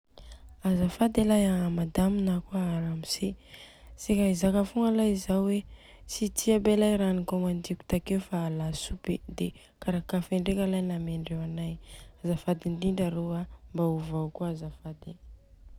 Azafady alay a madame ne a Ramose s seka izaka fogna alay zao hoe, tsy ti aby alay i raha nikômandiko takeo fa lasopy de kara café ndreka alay namendreo anay. Azafady indrindra arô e mba ovao kôa azafady.